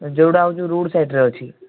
ଯେଉଁଟା ହେଉଛି road side ଅଛି